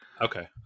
okay